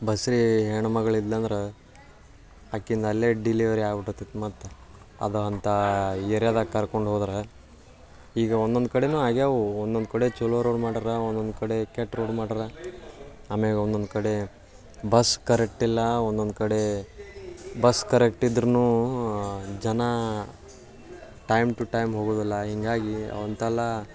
ಬಸುರಿ ಹೆಣ್ಮಗ್ಳಿದ್ಲಂದ್ರೆ ಆಕೇದ್ ಅಲ್ಲೇ ಡಿಲೆವರಿ ಆಗ್ಬಿಟ್ತದ್ ಮತ್ತು ಅದು ಅಂಥ ಏರ್ಯಾದಾಗ ಕರ್ಕೊಂಡು ಹೋದ್ರೆ ಈಗ ಒಂದೊಂದು ಕಡೆಯೂ ಆಗ್ಯಾವೆ ಒಂದೊಂದು ಕಡೆ ಚೊಲೋ ರೋಡ್ ಮಾಡ್ಯಾರೆ ಒಂದೊಂದು ಕಡೆ ಕೆಟ್ಟ ರೋಡ್ ಮಾಡ್ರಾ ಆಮ್ಯಾಲ್ ಒಂದೊಂದು ಕಡೆ ಬಸ್ ಕರೆಕ್ಟಿಲ್ಲ ಒಂದೊಂದು ಕಡೆ ಬಸ್ ಕರೆಕ್ಟಿದ್ರು ಜನ ಟೈಮ್ ಟು ಟೈಮ್ ಹೋಗೋದಿಲ್ಲ ಹೀಗಾಗಿ ಅವಂತಲ್ಲ